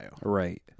right